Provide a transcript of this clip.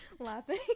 laughing